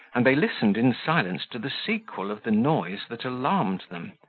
and they listened in silence to the sequel of the noise that alarmed them.